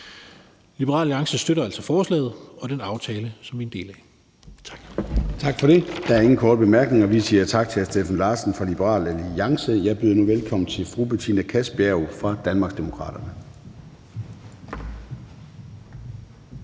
Liberal Alliance støtter altså forslaget og den aftale, som vi er en del af. Tak. Kl. 15:32 Formanden (Søren Gade): Der er ingen korte bemærkninger, så vi siger tak til hr. Steffen Larsen fra Liberal Alliance. Jeg byder nu velkommen til fru Betina Kastbjerg fra Danmarksdemokraterne.